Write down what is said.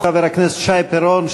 חבר הכנסת שי פירון,